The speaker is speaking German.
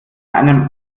einem